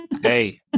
Hey